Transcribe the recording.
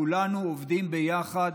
כולנו עובדים יחד